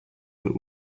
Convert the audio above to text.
but